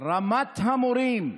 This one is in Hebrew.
רמת המורים,